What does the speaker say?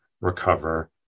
recover